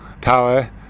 tower